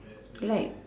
light